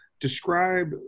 describe